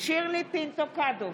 שירלי פינטו קדוש,